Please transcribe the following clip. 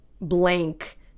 blank